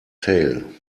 tale